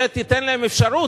ותיתן להן אפשרות,